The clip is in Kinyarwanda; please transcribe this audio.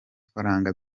faranga